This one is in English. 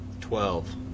Twelve